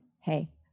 hey